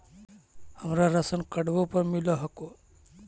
हमरा राशनकार्डवो पर मिल हको?